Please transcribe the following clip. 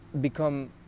become